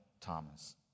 Thomas